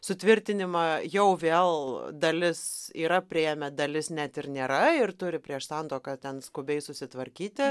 sutvirtinimą jau vėl dalis yra priėmę dalis net ir nėra ir turi prieš santuoką ten skubiai susitvarkyti